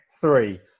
Three